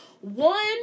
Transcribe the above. One